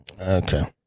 Okay